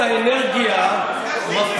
את האנרגיה מפנים נגד אחיכם,